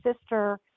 sister